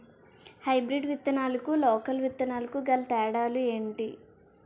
Hybrid విత్తనాలకు local విత్తనాలకు గల తేడాలు ఏంటి?